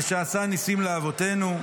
ושעשה ניסים לאבותינו,